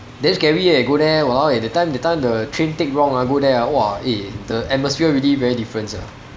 damn scary eh go there !walao! eh that time that time the train take wrong ah go there !wah! eh the atmosphere really very different sia